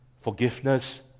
forgiveness